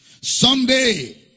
Someday